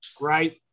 right